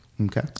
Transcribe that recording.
Okay